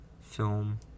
film